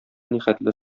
нихәтле